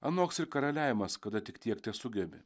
anoks ir karaliavimas kada tik tiek tesugebi